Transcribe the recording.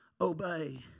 obey